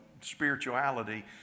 spirituality